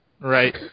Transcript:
Right